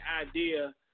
idea